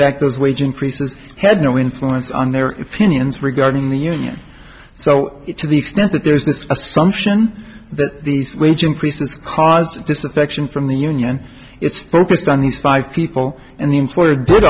fact those wage increases had no influence on their opinions regarding the union so it to the extent that there is this assumption that these wage increases caused disaffection from the union it's focused on these five people and the employer did